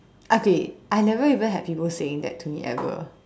okay I have never even had people saying that to me ever